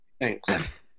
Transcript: Thanks